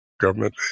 government